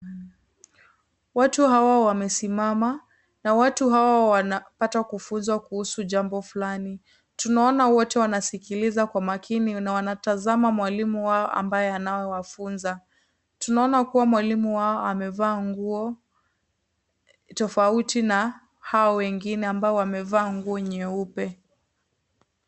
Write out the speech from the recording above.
Watu hawa wamesimama na watu hawa wanapata kufunzwa kuhusu jambo fulani , tunaona wote wanasikiliza kwa makini na wanatazama mwaliu wao ambaye anawafunza. Tunaona mwalimu wao amevaa nguo toofauti na hao wengine ambao wamevaa nguo nyeupe.